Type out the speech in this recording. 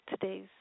today's